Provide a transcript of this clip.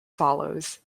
follows